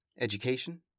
education